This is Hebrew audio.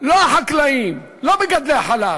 לא החקלאים שמגדלים את הירקות, לא מגדלי החלב,